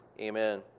Amen